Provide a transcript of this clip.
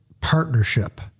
partnership